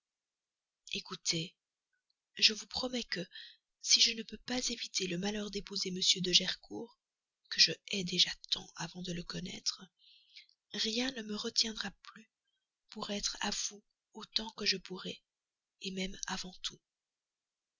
ecoutez je vous promets que si je ne peux pas éviter le malheur d'épouser ce m de gercourt que je hais déjà tant avant de le connaître rien ne me retiendra plus pour être à vous autant que je pourrai même avant tout